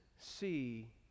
see